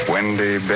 Wendy